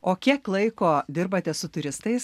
o kiek laiko dirbate su turistais